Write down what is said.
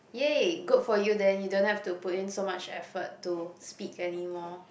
yay good for you then you don't have to put in so much effort to speak anymore